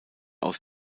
aus